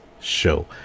show